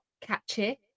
catchy